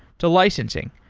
to licensing.